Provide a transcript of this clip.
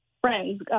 friends